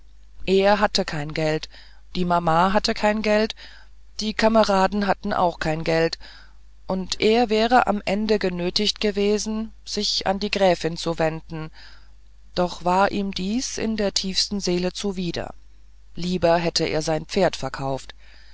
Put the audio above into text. er hatte kein geld die mama hatte kein geld die kameraden hatten auch kein geld und er wäre am ende genötigt gewesen sich an die gräfin zu wenden und doch war ihm diese in der tiefsten seele zuwider lieber hätte er sein pferd verkauft da